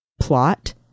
plot